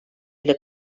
ile